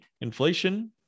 Inflation